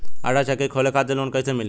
आटा चक्की खोले खातिर लोन कैसे मिली?